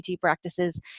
practices